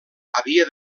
havia